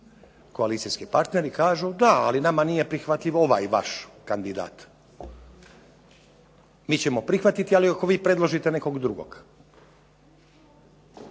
koalicijski partneri kažu da, ali nama nije prihvatljiv ovaj vaš kandidat. Mi ćemo prihvatiti, ali ako vi predložite nekog drugog.